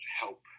help